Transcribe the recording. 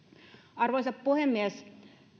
arvoisa puhemies